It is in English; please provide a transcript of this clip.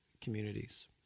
communities